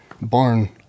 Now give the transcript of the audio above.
barn